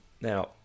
now